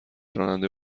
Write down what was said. راننده